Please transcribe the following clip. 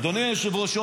אדוני היושב-ראש,